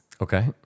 Okay